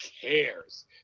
cares